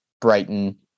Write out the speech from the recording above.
Brighton